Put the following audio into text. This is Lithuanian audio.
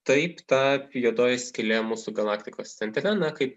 taip ta juodoji skylė mūsų galaktikos centre na kaip